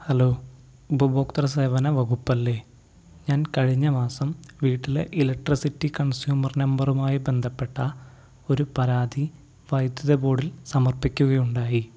hello ഉപുഭോക്തൃ സേവന വകുപ്പല്ലേ ഞാൻ കഴിഞ്ഞ മാസം വീട്ടിലെ ഇലക്ട്രിസിറ്റി കൺസ്യൂമർ നമ്പറുമായി ബന്ധപ്പെട്ട ഒരു പരാതി വൈദ്യുത ബോർഡിൽ സമർപ്പിക്കുകയുണ്ടായി